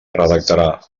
redactarà